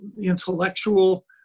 intellectual